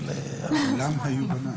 כולם היו בניי.